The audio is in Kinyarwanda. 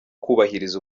kubahiriza